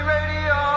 Radio